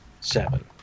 Seven